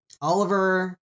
Oliver